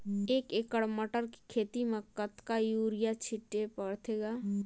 एक एकड़ मटर के खेती म कतका युरिया छीचे पढ़थे ग?